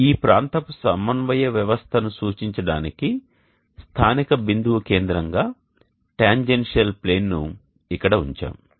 ఈ ప్రాంతపు సమన్వయ వ్యవస్థను సూచించడానికి స్థానిక బిందువు కేంద్రంగా టాంజెన్షియల్ ప్లేన్ను ఇక్కడ ఉంచాము